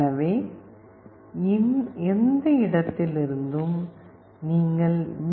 எனவே எந்த இடத்திலிருந்தும் நீங்கள் வி